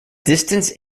distance